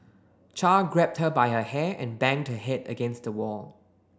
char grabbed her by her hair and banged her head against the wall